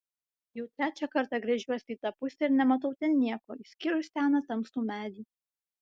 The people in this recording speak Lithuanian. jau trečią kartą gręžiuosi į tą pusę ir nematau ten nieko išskyrus seną tamsų medį